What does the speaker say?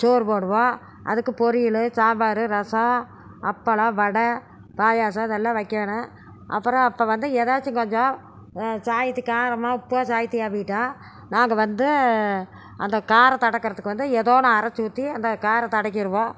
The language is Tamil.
சோறு போடுவோம் அதுக்கு பொரியல் சாம்பார் ரசம் அப்பளம் வடை பாயசம் இதெல்லாம் வைக்கணும் அப்புறம் அப்போ வந்து எதாச்சும் கொஞ்சம் சாயத்துக்கு காரமாக உப்பாக சாய்த்தியா போய்ட்டால் நாங்கள் வந்து அந்த காரத்தை அடக்கிறத்துக்கு வந்து எதோ ஒன்று அரைச்சி ஊற்றி அந்த காரத்தை அடக்கிடுவோம்